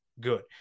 Good